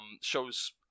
shows